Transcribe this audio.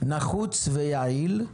נחוץ ויעיל,